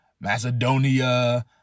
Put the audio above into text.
Macedonia